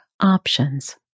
options